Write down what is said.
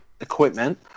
equipment